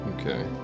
Okay